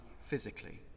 physically